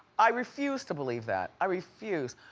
i refuse to believe that, i refuse.